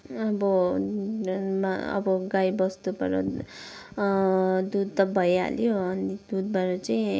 अब अब गाई बस्तुबाट दुध त भइहाल्यो अनि दुधबाट चाहिँ